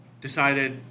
decided